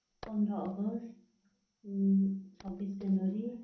पन्ध्र अगस्त छब्बिस जनवरी